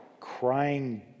crying